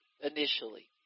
initially